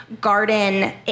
garden